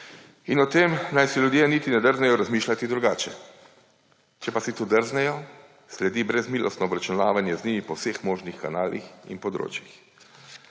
O tem naj si ljudje niti ne drznejo razmišljati drugače. Če pa si to drznejo, sledi brezmilostno obračunavanje z njimi po vseh možnih kanalih in področjih.